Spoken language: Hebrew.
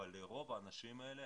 אבל לרוב האנשים האלה,